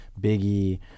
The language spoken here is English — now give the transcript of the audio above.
Biggie